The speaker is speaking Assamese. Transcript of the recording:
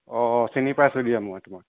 অঁ চিনি পাইছোঁ দিয়া মই তোমাক